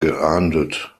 geahndet